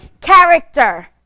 character